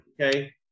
Okay